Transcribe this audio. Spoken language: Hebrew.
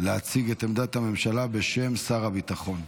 להציג את עמדת הממשלה בשם שר הביטחון.